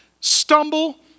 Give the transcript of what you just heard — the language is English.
stumble